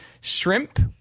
shrimp